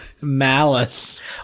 malice